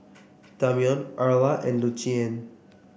Damion Erla and Lucien